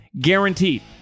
guaranteed